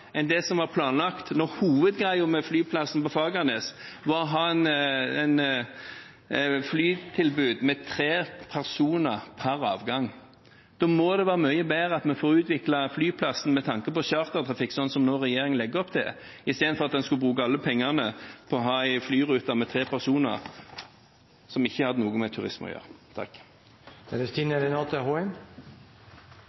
enn det som var planlagt, når hovedgreia med flyplassen på Fagernes var å ha et flytilbud med tre personer per avgang. Da må det være mye bedre at vi får utviklet flyplassen med tanke på chartertrafikk, slik regjeringen nå legger opp til, i stedet for at en skal bruke alle pengene på å ha en flyrute med tre personer, som ikke hadde noe med turisme å gjøre.